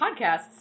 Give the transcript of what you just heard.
podcast's